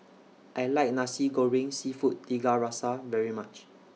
I like Nasi Goreng Seafood Tiga Rasa very much